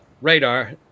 Radar